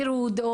גירוד,